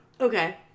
Okay